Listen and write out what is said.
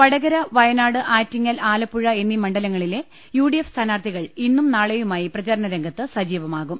Vadakara Wayanad Attingal Alappuzha എന്നീ മണ്ഡലങ്ങളിലെ U D F സ്ഥാനാർത്ഥികൾ ഇന്നും നാളെയുമായി പ്രചാരണ രംഗത്ത് സജീവമാകും